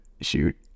shoot